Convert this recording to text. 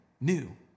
new